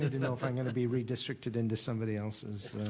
to to know if i'm going to be redistricted into somebody else's